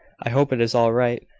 i hope it is all right.